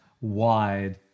wide